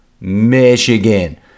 Michigan